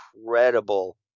incredible